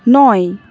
নয়